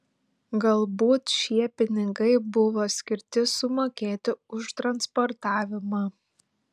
galbūt šie pinigai buvo skirti sumokėti už transportavimą